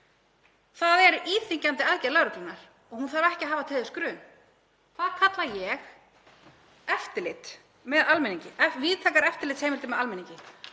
þín, er íþyngjandi aðgerð lögreglunnar og hún þarf ekki að hafa til þess grun. Það kalla ég eftirlit með almenningi, víðtækar eftirlitsheimildir með almenningi.